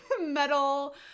metal